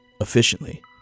efficiently